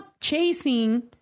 chasing